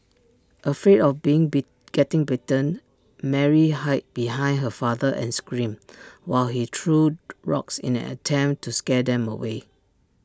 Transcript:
afraid of being be getting bitten Mary hid behind her father and screamed while he threw rocks in an attempt to scare them away